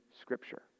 Scripture